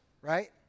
right